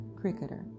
cricketer